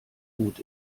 gut